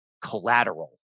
collateral